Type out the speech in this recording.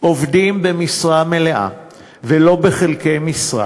עובדים במשרה מלאה ולא בחלקי משרה,